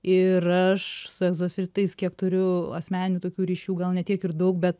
ir aš su egzorcistais kiek turiu asmeninių tokių ryšių gal ne tiek ir daug bet